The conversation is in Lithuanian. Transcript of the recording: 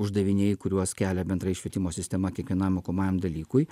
uždaviniai kuriuos kelia bendrai švietimo sistema kiekvienam mokomajam dalykui